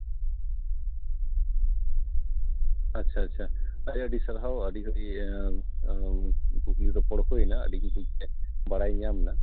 ᱟᱪᱪᱷᱟ ᱟᱪᱪᱷᱟ ᱟᱹᱰᱤ ᱟᱹᱰᱤ ᱥᱟᱨᱦᱟᱣ ᱟᱹᱰᱤ ᱟᱹᱰᱤ ᱠᱩᱠᱞᱤ ᱨᱚᱯᱚᱲ ᱦᱩᱭᱮᱱᱟ ᱟᱹᱰᱤ ᱠᱤᱪᱷᱩ ᱪᱮᱫ ᱵᱟᱲᱟᱭ ᱧᱟᱢᱮᱱᱟ